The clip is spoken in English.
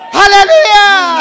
hallelujah